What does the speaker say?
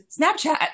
Snapchat